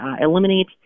eliminate